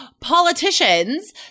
politicians